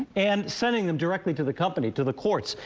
and sending them directly to the company, to the courts,